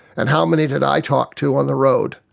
and how many did i talk to on the road?